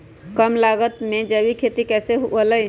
कम लागत में जैविक खेती कैसे हुआ लाई?